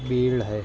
بیڑ ہے